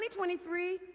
2023